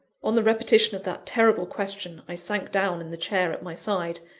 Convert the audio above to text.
on the repetition of that terrible question, i sank down in the chair at my side,